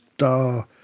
Star